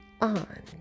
on